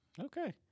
Okay